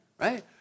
right